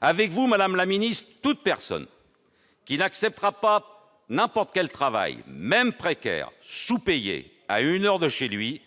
Avec vous, madame la ministre, toute personne n'acceptant pas n'importe quel travail, même précaire, sous-payé, situé à une heure de chez elle,